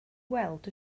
weld